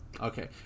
okay